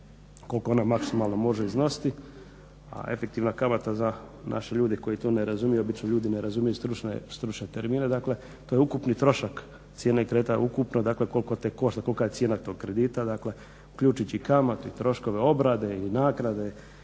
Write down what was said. koliko ona maksimalno može iznositi, a efektivna kamata za naše ljude koji to ne razumiju, obično ljudi ne razumiju stručne termine. Dakle, to je ukupni trošak cijene kretanja, ukupno dakle koliko te košta, kolika je cijena tog kredita, dakle uključujući i kamatu i troškove obrade i nagrade